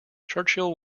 churchill